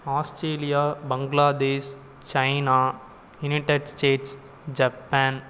Australia Bangladesh China United States Japan